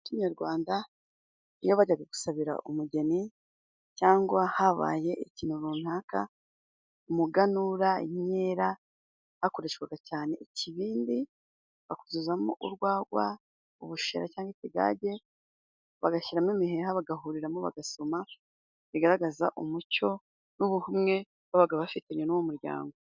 Mu muco nyarwanda iyo bajyaga gusabira umugeni cyangwa habaye ikintu runaka umuganura ,inkera ,hakoreshwaga cyane ikibindi bakuzuzamo urwagwa, ubushera cyangwa ikigage, bagashyiramo imiheha bagahuriramo bagasoma bigaragaza umuco n'ubumwe babaga bafitanye n'uwo muryango.